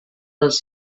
dels